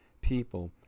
people